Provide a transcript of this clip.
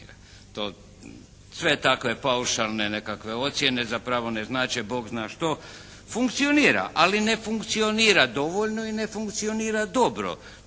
Sve takve paušalne nekakve ocjene zapravo ne znače bog zna što, funkcionira ali ne funkcionira dovoljno i ne funkcionira dobro.